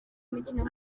imikino